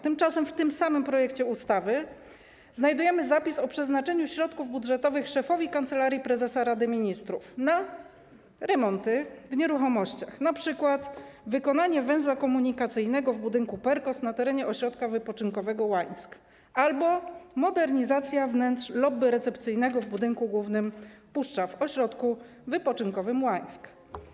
Tymczasem w tym samym projekcie ustawy znajdujemy zapis o środkach budżetowych dla szefa Kancelarii Prezesa Rady Ministrów przeznaczonych na remonty w nieruchomościach, np. wykonanie węzła komunikacyjnego w budynku Perkoz na terenie ośrodka wypoczynkowego Łańsk albo modernizację wnętrz lobby recepcyjnego w budynku głównym Puszcza w ośrodku wypoczynkowym Łańsk.